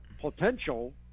Potential